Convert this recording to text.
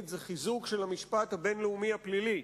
הוא חיזוק המשפט הבין-לאומי הפלילי.